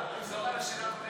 תחזור על השאלה.